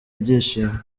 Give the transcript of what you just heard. ibyishimo